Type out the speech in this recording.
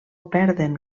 perden